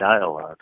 dialogue